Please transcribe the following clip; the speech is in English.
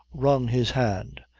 wrung his hand,